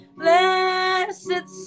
blessed